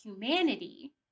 humanity